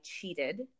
cheated